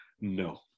No